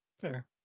fair